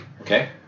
Okay